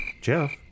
Jeff